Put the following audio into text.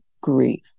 grief